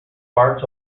part